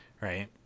right